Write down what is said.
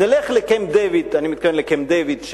נלך לקמפ-דייוויד,